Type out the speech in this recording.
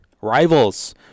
rivals